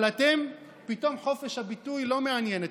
אבל אתם, פתאום חופש הביטוי לא מעניין אתכם.